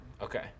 Okay